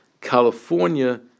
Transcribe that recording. California